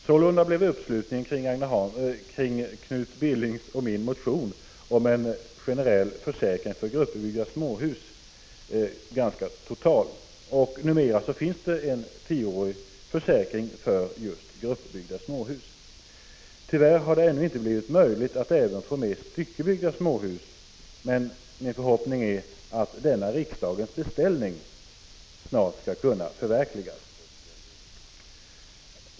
Sålunda blev uppslutningen kring Knut Billings och min motion om en generell försäkring för gruppbyggda småhus närmast total. Numera finns det en tioårig försäkring för just gruppbyggda småhus. Tyvärr har det ännu inte blivit möjligt att få med styckebyggda småhus, men min förhoppning är att denna riksdagens beställning snart skall ge resultat.